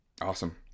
awesome